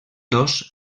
dos